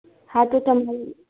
હા તો તમે